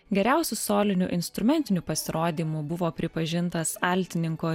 geriausiu soliniu instrumentiniu pasirodymu buvo pripažintas altininko